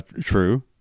True